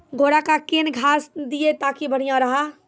घोड़ा का केन घास दिए ताकि बढ़िया रहा?